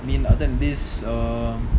I mean other than this um